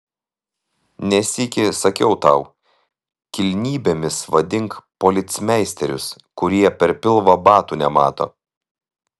ne sykį sakiau tau kilnybėmis vadink policmeisterius kurie per pilvą batų nemato